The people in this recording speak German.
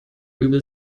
übel